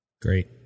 Great